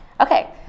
okay